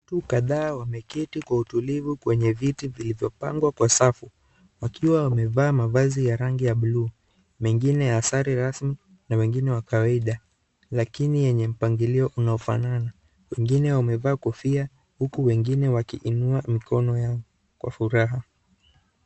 Watu kadhaa wameketi kwa utulivu kwenye viti vilivyopangwa kwa safu; wakiwa wamevaa mavazi ya rangi ya buluu, mengine ya sare rasmi ya wengine wa kawaida lakini yenye mpangilio unaofanana. Wengine wamevaa kofia huku wengine wakiinua mikono yao kwa furaha.